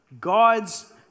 God's